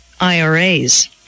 IRAs